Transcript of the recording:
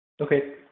Okay